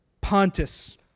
Pontus